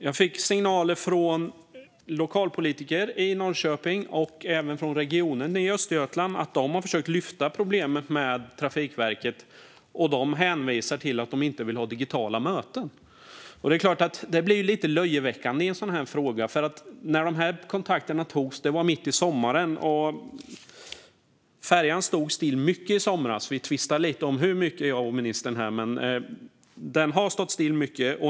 Jag fick signaler från lokalpolitiker i Norrköping och även från regionen i Östergötland om att de har försökt att lyfta problemet med Trafikverket, men Trafikverket hänvisar till att man inte vill ha digitala möten. Detta blir ju lite löjeväckande i en sådan här fråga. Dessa kontakter togs mitt i sommaren, och färjan stod still mycket i somras. Jag och ministern tvistar lite om hur mycket, men den har stått still mycket.